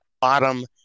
bottom